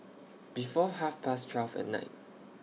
before Half Past twelve At Night